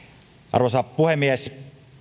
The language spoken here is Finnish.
arvoisa puhemies